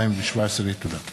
לא, לא, לא.